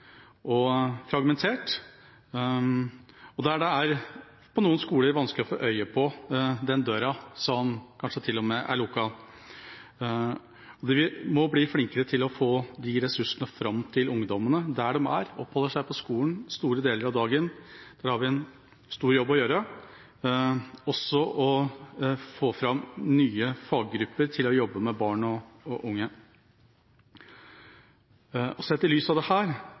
og fragmentert – og det er på noen skoler vanskelig å få øye på den døra, som kanskje til og med er lukket. Vi må bli flinkere til å få disse ressursene fram til ungdommene der de er – de oppholder seg på skolen store deler av dagen. Der har vi en stor jobb å gjøre og også å få fram nye faggrupper til å jobbe med barn og unge. Sett i lys av